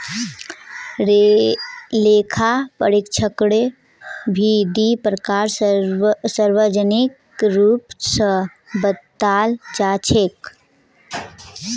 लेखा परीक्षकेरो भी दी प्रकार सार्वजनिक रूप स बताल जा छेक